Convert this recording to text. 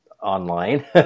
online